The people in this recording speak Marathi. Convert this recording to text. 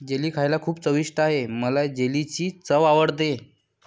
जेली खायला खूप चविष्ट आहे मला जेलीची चव आवडते